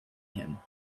him